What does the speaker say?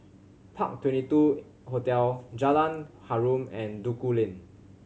Park Twenty two Hotel Jalan Harum and Duku Lane